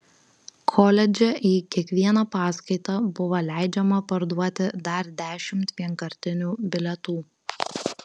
koledže į kiekvieną paskaitą buvo leidžiama parduoti dar dešimt vienkartinių bilietų